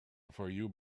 fayoum